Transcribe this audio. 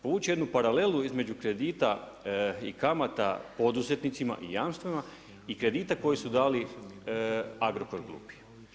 Povući jednu paralelu između kredita i kamata poduzetnicima i jamstvima i kredita koje su dali Agrokor grupi.